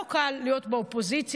לא קל להיות באופוזיציה.